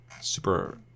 super